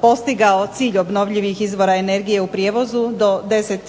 postigao cilj obnovljivih izvora energije u prijevozu do 10%